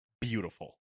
beautiful